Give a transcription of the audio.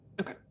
Okay